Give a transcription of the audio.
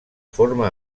forma